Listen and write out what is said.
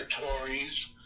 territories